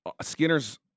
Skinner's